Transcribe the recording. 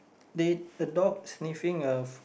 the a dog sniffing as